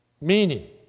meaning